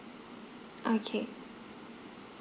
okay